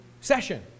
session